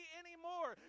anymore